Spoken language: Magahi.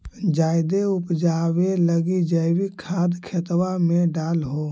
जायदे उपजाबे लगी जैवीक खाद खेतबा मे डाल हो?